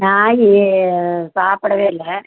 நாய் சாப்பிடவே இல்லை